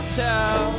tell